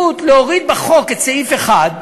להוריד בחוק את סעיף 1,